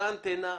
אותה אנטנה,